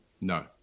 No